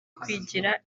kwigira